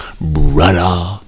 Brother